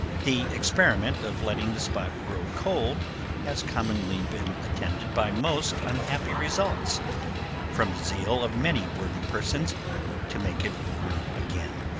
the experiment of letting the spot grow cold has commonly been attended by most unhappy results from the zeal of many worthy persons to make it warm again.